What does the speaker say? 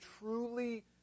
truly